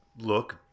look